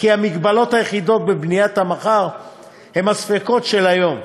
כי "המגבלות היחידות בבניית המחר הן הספקות של היום".